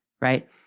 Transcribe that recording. Right